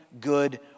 good